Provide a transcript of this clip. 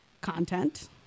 content